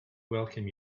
welcome